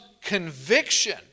conviction